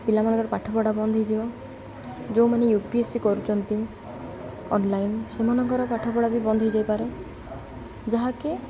ପିଲାମାନଙ୍କର ପାଠପଢ଼ା ବନ୍ଦ ହେଇଯିବ ଯେଉଁମାନେ ୟୁ ପି ଏ ସି କରୁଛନ୍ତି ଅନଲାଇନ୍ ସେମାନଙ୍କର ପାଠପଢ଼ା ବି ବନ୍ଦ ହେଇଯାଇପାରେ ଯାହାକି